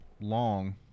long